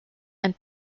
and